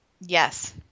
Yes